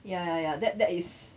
ya ya ya that that is